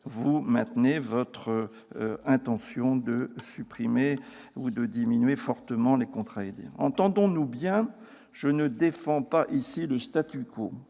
vous persistez dans votre intention de supprimer ou de diminuer fortement les contrats aidés ? Entendons-nous bien, je ne défends pas ici le ni la